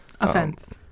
Offense